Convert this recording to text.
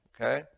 okay